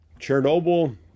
Chernobyl